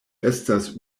estas